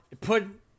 put